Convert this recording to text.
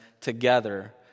together